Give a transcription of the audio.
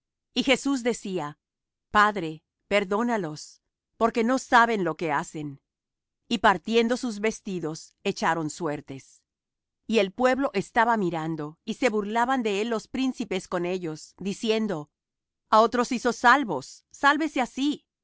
y jesús decía padre perdónalos porque no saben lo que hacen y partiendo sus vestidos echaron suertes y el pueblo estaba mirando y se burlaban de él los príncipes con ellos diciendo a otros hizo salvos sálvese á sí